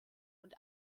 und